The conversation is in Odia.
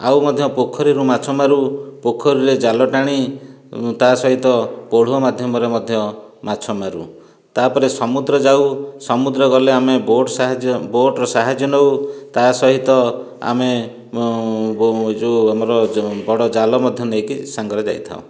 ଆଉ ମଧ୍ୟ ପଖୋରୀରୁ ମାଛ ମାରୁ ପଖୋରୀରେ ଜାଲ ଟାଣି ତା ସହିତ ପଳୁହ ମାଧ୍ୟମରେ ମଧ୍ୟ ମାଛ ମାରୁ ତା ପରେ ସମୁଦ୍ର ଯାଉ ସମୁଦ୍ର ଗଲେ ଆମେ ବୋଟ୍ ସାହାଯ୍ୟ ବୋଟ୍ର ସାହାଯ୍ୟ ନେଉ ତା ସହିତ ଆମେ ଯେଉଁ ଆମର ଯେଉଁ ବଡ଼ ଜାଲ ମଧ୍ୟ ନେଇକି ସାଙ୍ଗରେ ଯାଇଥାଉ